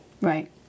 Right